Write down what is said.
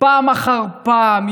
פעם אחר פעם.